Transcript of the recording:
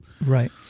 Right